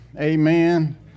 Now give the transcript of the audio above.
amen